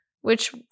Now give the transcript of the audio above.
which-